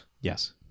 yes